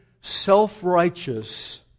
self-righteous